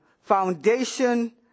foundation